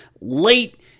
late